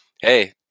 Hey